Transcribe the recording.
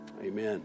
amen